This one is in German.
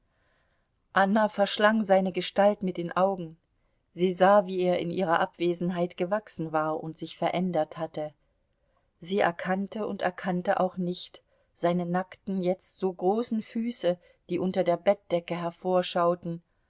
anna verschlang seine gestalt mit den augen sie sah wie er in ihrer abwesenheit gewachsen war und sich verändert hatte sie erkannte und erkannte auch nicht seine nackten jetzt so großen füße die unter der bettdecke hervorschauten